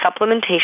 supplementation